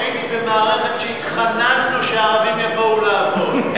אתה יודע שהייתי במערכת שהתחננו שערבים יבואו לעבוד.